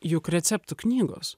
juk receptų knygos